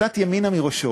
קצת ימינה מראשו.